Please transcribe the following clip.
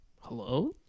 Hello